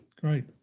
great